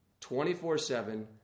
24-7